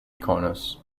corners